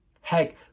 Heck